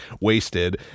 wasted